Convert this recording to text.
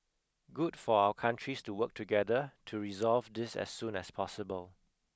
good for our countries to work together to resolve this as soon as possible